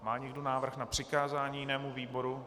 Má někdo návrh na přikázání jinému výboru?